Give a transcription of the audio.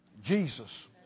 Jesus